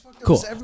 cool